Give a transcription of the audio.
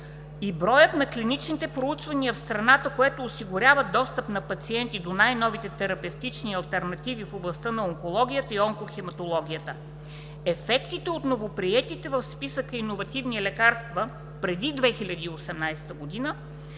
и броят на клиничните проучвания в страната, което осигурява достъп на пациентите до най-новите терапевтични алтернативи в областта на онкологията и онкохематологията. Ефектите от новоприетите в списъка иновативни лекарства преди 2018 г. са